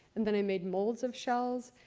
and then i made molds of shells,